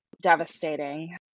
devastating